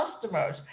customers